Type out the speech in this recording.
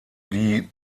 die